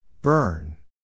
Burn